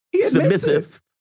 submissive